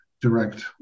direct